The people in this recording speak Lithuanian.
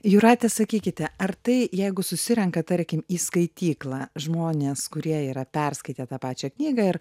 jūrate sakykite ar tai jeigu susirenka tarkim į skaityklą žmonės kurie yra perskaitę tą pačią knygą ir